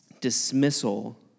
dismissal